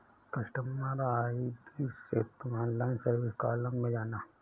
customer ID से तुम online service column में जाना